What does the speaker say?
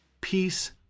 peace